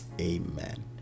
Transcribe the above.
amen